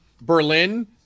Berlin